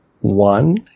one